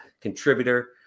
contributor